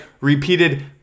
Repeated